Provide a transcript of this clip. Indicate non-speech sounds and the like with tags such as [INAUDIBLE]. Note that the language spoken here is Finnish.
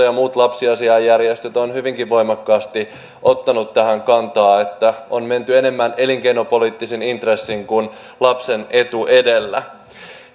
[UNINTELLIGIBLE] ja muut lapsiasiainjärjestöt ovat hyvinkin voimakkaasti ottaneet tähän kantaa että on menty enemmän elinkeinopoliittisin intressein kuin lapsen etu edellä